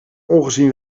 ongezien